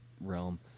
realm